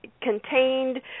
contained